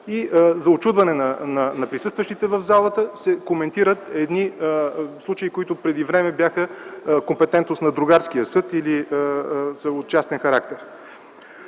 за учудване на присъстващите в залата се коментират едни случаи, които преди време бяха компетентност на другарския съд или са от частен характер.